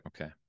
Okay